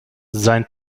sein